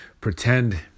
pretend